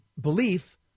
belief